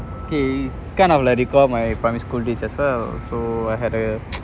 okay it's kind of like recall my primary school days as well so I had a